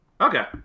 Okay